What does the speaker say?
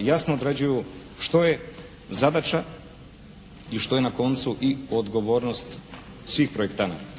jasno određuju što je zadaća i što je na koncu i odgovornost svih projektanata.